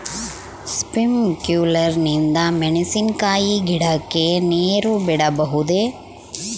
Sprinkler ನಿಂದ ಮೆಣಸಿನಕಾಯಿ ಗಿಡಕ್ಕೆ ನೇರು ಬಿಡಬಹುದೆ?